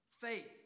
faith